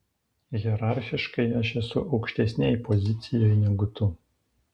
hierarchiškai aš esu aukštesnėj pozicijoj negu tu